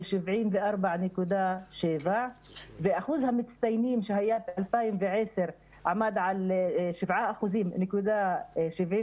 74.7 ואחוז המצטיינים שהיה ב-2010 עמד על 7.72%,